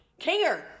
Kinger